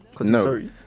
No